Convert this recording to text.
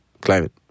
Climate